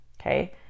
okay